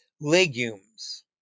legumes